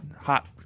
hot